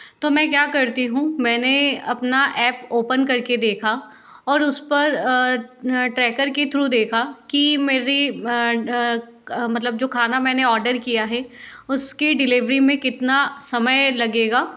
तो मैं क्या करती हूँ मैंने अपना ऐप ओपन करके देखा और उस पर ट्रैकर की थ्रू देखा कि मेरी मतलब जो खाना मैंने ऑर्डर किया है उसकी डिलीवरी में कितना समय लगेगा